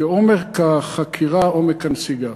כעומק החקירה, עומק הנסיגה.